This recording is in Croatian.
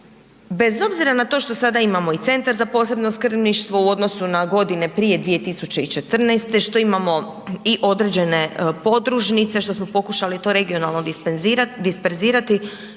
bez obzira na to što sada imamo i Centar za posebno skrbništvo u odnosu na godine prije 2014. što imamo i određene podružnice, što smo to pokušali regionalno disperzirati